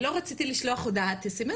ולא רציתי לשלוח הודעת SMS,